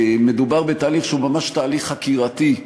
מדובר בתהליך שהוא ממש תהליך חקירתי,